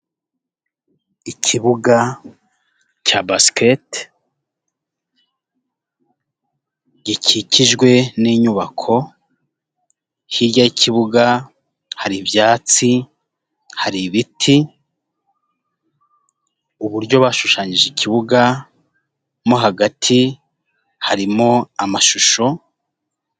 Ikibuga cya basikete gikikijwe n'inyubako, hirya y'ikibuga hari ibyatsi, hari ibiti, uburyo bashushanyije ikibuga mo hagati harimo amashusho.